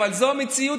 אבל זו המציאות,